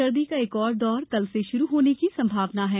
सर्दी का एक और दौर कल से शुरू होने की संभावना है